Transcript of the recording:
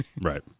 Right